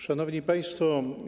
Szanowni Państwo!